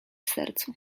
sercu